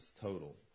total